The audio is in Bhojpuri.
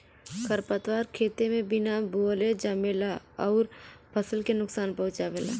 खरपतवार खेते में बिना बोअले जामेला अउर फसल के नुकसान पहुँचावेला